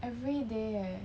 every day leh